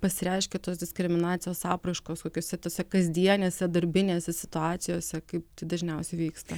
pasireiškia tos diskriminacijos apraiškos kokiose tose kasdienėse darbinėse situacijose kaip tai dažniausiai vyksta